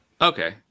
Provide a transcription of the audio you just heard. Okay